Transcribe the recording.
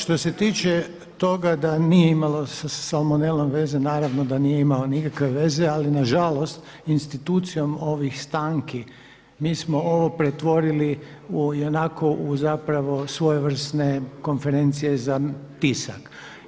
Što se tiče toga da nije imalo sa salmonelom veze, naravno da nije imalo nikakve veze ali nažalost institucijom ovih stanki mi smo ovo pretvorili u ionako u zapravo svojevrsne konferencije za tisak.